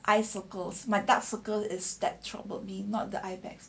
eye circles my dark circle is that troubled me not the eye bags